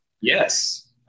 yes